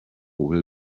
will